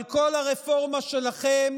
כל הרפורמה שלכם